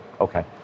Okay